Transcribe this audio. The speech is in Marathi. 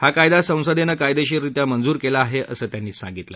हा कायदा संसदेनं कायदेशीररित्या मंजूर केला आहे असं त्यांनी सांगितलं